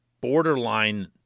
borderline